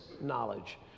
knowledge